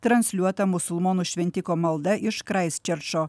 transliuota musulmonų šventiko malda iš kraistčerčo